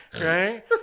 Right